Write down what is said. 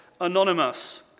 Anonymous